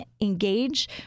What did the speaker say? engage